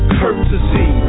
courtesy